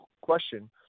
question